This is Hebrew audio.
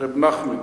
רבי נחמן,